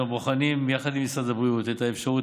אנחנו בוחנים יחד עם משרד הבריאות את האפשרות